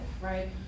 right